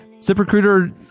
ZipRecruiter